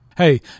Hey